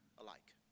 alike